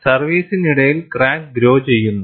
സർവീസിനിടയിൽ crack grow ചെയ്യുന്നു